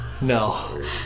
No